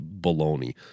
baloney